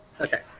Okay